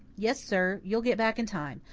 yes, sir, you'll get back in time.